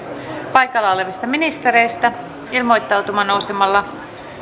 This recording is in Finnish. paikalla olevista ministereistä ilmoittautumaan nousemalla